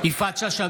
יפעת שאשא